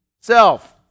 self